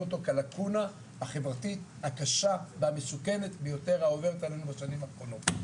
אותו כלקונה החברתית הקשה והמסוכנת ביותר העוברת עלינו בשנים האחרונות.